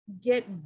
get